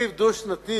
תקציב דו-שנתי